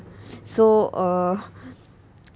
so err